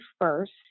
first